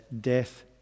death